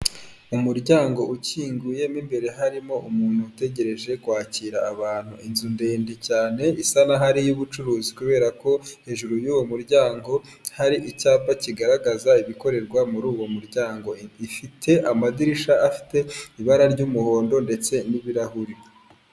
Umuryango ukinguyemo imbere harimo umuntu utegereje kwakira abantu inzu ndende cyane isa'ahariy'ubucuruzi kubera ko hejuru y'uwo muryango hari icyapa kigaragaza ibikorerwa muri uwo muryango, ifite amadirishya ifite ibara ry'umuhondo ndetse n'ibirahuri.